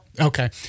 Okay